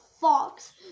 fox